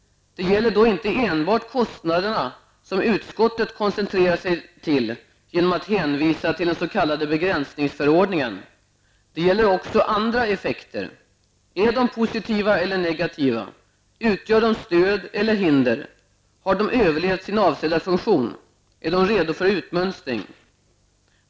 Det gäller då inte enbart kostnaderna, som utskottet koncentrerar sig på genom att hänvisa till den s.k. begränsningsförordningen. Det gäller också andra effekter. Är de positiva eller negativa? Utgör de stöd eller hinder? Har de överlevt sin avsedda funktion? Är de redo för utmönstring?